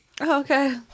Okay